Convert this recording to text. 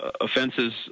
offenses